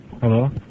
Hello